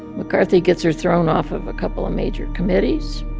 mccarthy gets her thrown off of a couple of major committees,